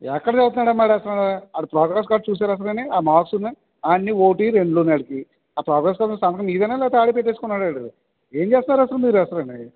ఎక్కడ చదువుతున్నాడమ్మా ఆడు అసలు వాని ఆ ప్రోగ్రెస్ కార్డు చూసారా అసలు వాని ఆ మార్క్స్ని అన్నీ ఒకటి రెండ్లూని వాడికి ఆ ప్రోగ్రెస్ కార్డ్ మీద సంతకం మీదేనా లేకపోతే వాడే పెట్టేసుకున్నాడా వాడు ఏం చేస్తున్నారు అసలు మీరు అసలు వాని